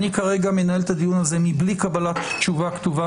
אני כרגע מנהל את הדיון הזה בלי קבלת תשובה כתובה